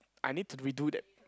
I need to redo that